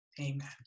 Amen